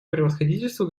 превосходительству